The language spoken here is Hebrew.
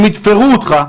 הם ייתפרו אותך,